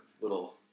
little